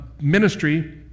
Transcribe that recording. ministry